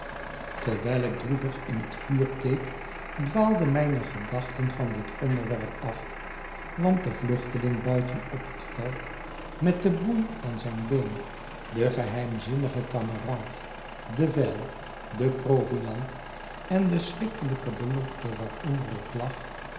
terwijl ik droevig in het vuur keek dwaalden mijne gedachten van dit onderwerp af want de vluchteling buiten op het veld met de boei aan zijn been de geheimzinnige kameraad de vijl de pro viand en de schrikkelijke belofte waaronder ik lag